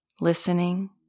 listening